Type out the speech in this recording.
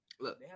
look